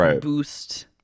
boost